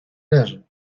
leży